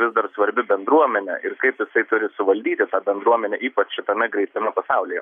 vis dar svarbi bendruomenė ir kaip jisai turi suvaldyti tą bendruomenę ypač šitame greitame pasaulyje